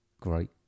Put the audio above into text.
great